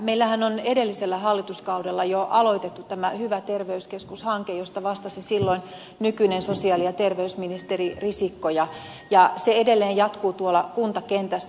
meillähän on edellisellä hallituskaudella jo aloitettu tämä hyvä terveyskeskus hanke josta vastasi silloin nykyinen sosiaali ja terveysministeri risikko ja se edelleen jatkuu tuolla kuntakentässä